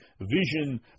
vision